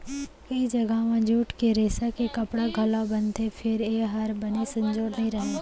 कइ जघा म जूट के रेसा के कपड़ा घलौ बनथे फेर ए हर बने संजोर नइ रहय